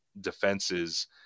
defenses